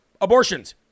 abortions